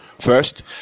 First